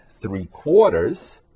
three-quarters